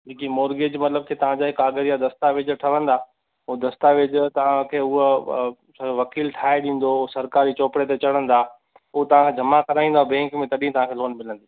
जेकी मॉर्ॻेज मतिलब के तव्हांजा ई या काॻज दस्तावेज ठहंदा हू दस्ताबेज तव्हां हूअ वकील ठाहे ॾींदो सरकारी चोपिड़े ते चढ़न्दा हू तव्हां या जमा कराईंदा बैंक में तॾहिं तव्हांखे लोन मिलंदी